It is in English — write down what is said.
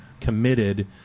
committed